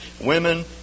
women